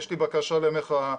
יש לי בקשה למחאה,